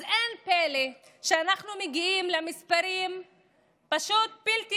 אז אין פלא שאנחנו מגיעים למספרים פשוט בלתי